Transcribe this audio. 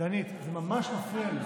דנית, זה ממש מפריע לי.